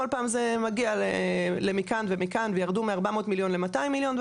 כל פעם זה מגיע למכאן ומכאן וירדו לארבע מאות מיליון למאתיים מיליון,